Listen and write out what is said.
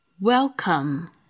Welcome